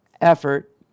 effort